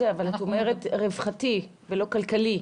אבל את אומרת רווחתי ולא כלכלי.